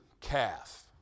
calf